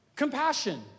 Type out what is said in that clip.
Compassion